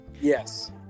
Yes